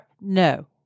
No